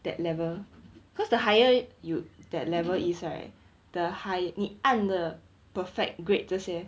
that level cause the higher you that level is right the high 你按的 perfect grade 这些